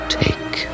take